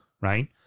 right